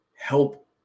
help